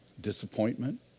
disappointment